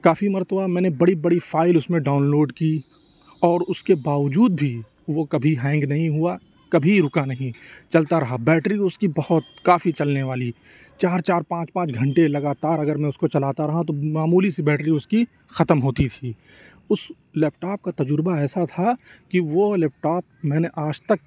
کافی مرتبہ میں میں نے بڑی بڑی فائل اس میں ڈاؤن لوڈ کی اور اس کے باوجود بھی وہ کبھی ہینگ نہیں ہوا کبھی رکا نہیں چلتا رہا بیٹری اس کی بہت کافی چلنے والی چار چار پانچ پانچ گھنٹے لگاتار اگر میں اس کو چلاتا رہا تو معمولی سی بیٹری اس کی ختم ہوتی تھی اس لیپ ٹاپ کا تجربہ ایسا تھا کہ وہ لیپ ٹاپ میں نے آج تک